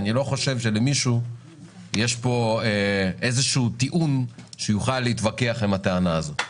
אני לא חושב שלמישהו יש פה איזה טיעון שיוכל להתווכח עם הטענה הזאת.